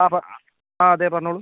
ആ പറ അതെ പറഞ്ഞോളൂ